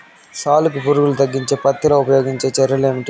సాలుకి పులుగు తగ్గించేకి పత్తి లో ఉపయోగించే చర్యలు ఏమి?